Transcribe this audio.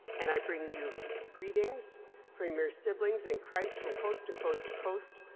and i bring you greetings from your siblings in christ from coast to coast to coast,